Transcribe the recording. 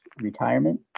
retirement